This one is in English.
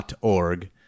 org